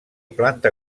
planta